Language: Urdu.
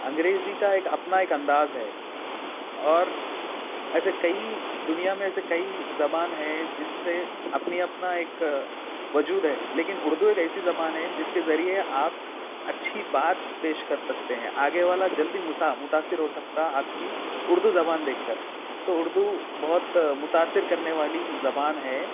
انگریزی کا ایک اپنا ایک انداز ہے اور ایسے کئی دنیا میں ایسے کئی زبان ہے جس سے اپنی اپنا ایک وجود ہے لیکن اردو ایک ایسی زبان ہے جس کے ذریعے آپ اچھی بات پیش کر سکتے ہیں آگے والا جلدی متاثر ہو سکتا آپ کی اردو زبان دیکھ کر تو اردو بہت متاثر کرنے والی زبان ہے